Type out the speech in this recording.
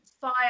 fire